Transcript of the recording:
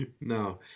No